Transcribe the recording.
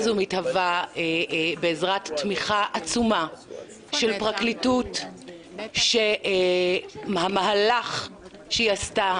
מתהווה בעזרת תמיכה עצומה של פרקליטות שהמהלך שהיא עשתה,